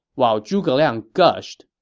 while zhuge liang gushed,